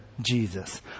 Jesus